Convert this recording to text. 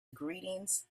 greetings